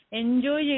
enjoy